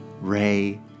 Ray